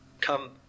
come